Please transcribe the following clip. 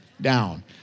down